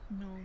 No